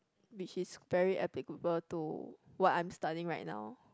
which is very applicable to what I'm studying right now